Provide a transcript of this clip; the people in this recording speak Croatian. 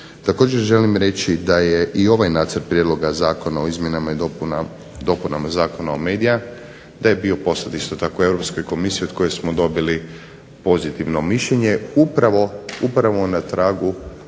Također želim reći da je i ovaj nacrt prijedloga Zakona o izmjenama i dopunama Zakona o medija, da je bio …/Govornik se ne razumije./… Europskoj Komisiji od koje smo dobili pozitivno mišljenje, upravo na tragu